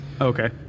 okay